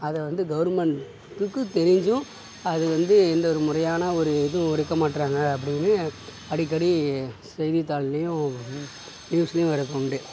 அதை வந்து கவுர்மெண்ட்டுக்கு தெரிஞ்சும் அது வந்து எந்த ஒரு முறையான ஒரு இதுவும் எடுக்க மாட்டுறாங்க அப்படின்னு அடிக்கடி செய்தித்தாள்ளயும் நியூஸ் நியூஸ்லையும் வரதுண்டு